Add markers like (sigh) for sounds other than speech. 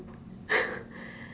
(laughs)